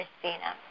Christina